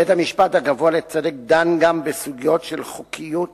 בית-המשפט הגבוה לצדק דן גם בסוגיות של חוקיות